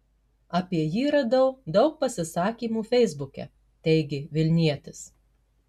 apie jį radau daug pasisakymų feisbuke teigė vilnietis